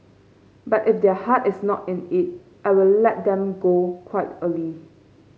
but if their heart is not in it I will let them go quite early